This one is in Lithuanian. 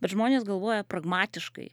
bet žmonės galvoja pragmatiškai